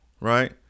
right